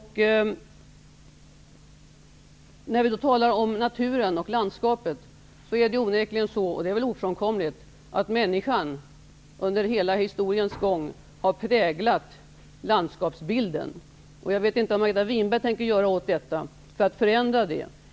När vi talar om naturen och landskapet vill jag säga att det onekligen är så -- det är väl ofrånkomligt -- att människan under historiens gång har präglat landskapsbilden. Jag vet inte vad Margareta Winberg tänker göra för att förändra det.